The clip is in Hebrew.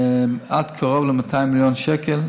עד קרוב ל-200 מיליון שקל,